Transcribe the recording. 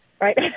right